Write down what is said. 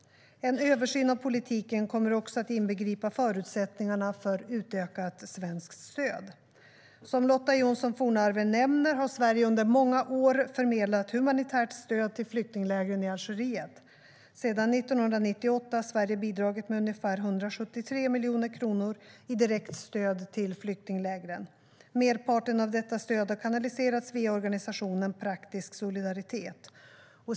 En översyn av politiken kommer också att inbegripa förutsättningarna för utökat svenskt stöd. Som Lotta Johnsson Fornarve nämner har Sverige under många år förmedlat humanitärt stöd till flyktinglägren i Algeriet. Sedan 1998 har Sverige bidragit med ungefär 173 miljoner kronor i direkt stöd till flyktinglägren. Merparten av detta stöd har kanaliserats via organisationen Praktisk Solidaritet.